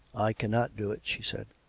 i cannot do it, she said.